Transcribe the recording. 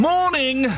Morning